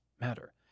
matter